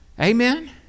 Amen